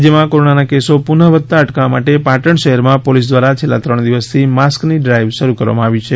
રાજ્યમાં કોરોનાના કેસો પુનઃ વધતા અટકાવવા માટે પાટણ શહેરમાં પોલીસ દ્વારા છેલ્લા ત્રણ દિવસથી માસ્કની ડ્રાઇવ શરૂ કરવામાં આવી છે